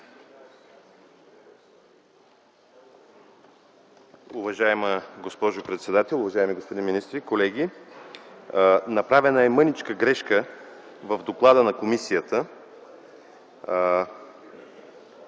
Уважаема госпожо председател, уважаеми господин министър, колеги! Направена е малка грешка в доклада на комисията